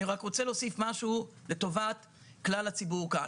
אני רוצה להוסיף משהו לטובת כלל הציבור כאן.